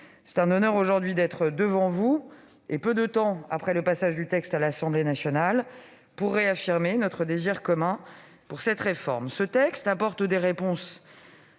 C'est un honneur d'être aujourd'hui devant vous, et peu de temps après le passage du texte à l'Assemblée nationale, pour réaffirmer notre désir commun en faveur d'une telle réforme. Ce texte apporte des réponses